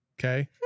Okay